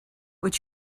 what